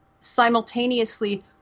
simultaneously